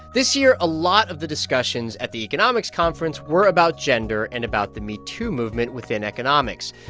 this year, a lot of the discussions at the economics conference were about gender and about the metoo movement within economics.